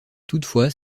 toutefois